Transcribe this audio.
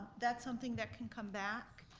that's something that can come back.